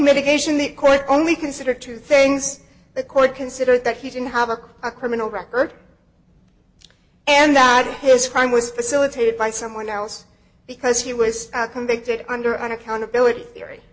mitigation the court only consider two things the court considered that he didn't have a criminal record and that his crime was facilitated by someone else because he was convicted under an accountability theory